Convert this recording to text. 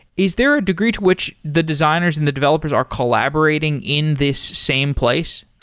is there a degree to which the designers and the developers are collaborating in this same place?